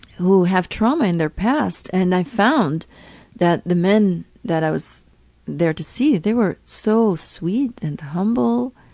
who have trauma in their past and i found that the men that i was there to see, they were so sweet and humble